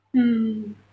mm